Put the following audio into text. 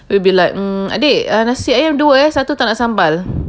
we'll be like adik nasi ayam dua satu tak nak sambal